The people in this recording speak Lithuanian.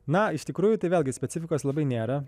na iš tikrųjų tai vėlgi specifikos labai nėra